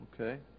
Okay